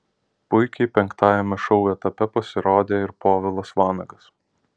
puikiai penktajame šou etape pasirodė ir povilas vanagas